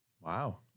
Wow